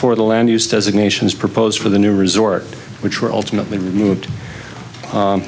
for the land used as a nation's proposed for the new resort which were ultimately removed